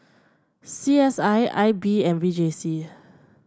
C S I I B and V J C